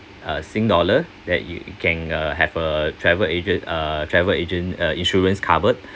uh sing dollar that you you can uh have a travel agent uh travel agent uh insurance covered